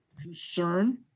concern